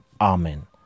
Amen